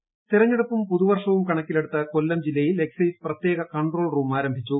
control room തിരഞ്ഞെടുപ്പും പുതുവർഷവും കണക്കിലെടുത്ത് കൊല്ലം ജില്ലയിൽ എക്സൈസ് പ്രത്യേക കൺട്രോൾ റൂം ആരംഭിച്ചു